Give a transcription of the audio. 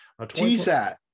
TSAT